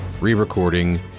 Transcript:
Re-Recording